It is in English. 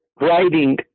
writing